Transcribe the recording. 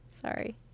Sorry